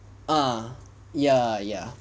ah ya ya